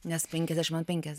nes penkiasdešim ant penkiasdešim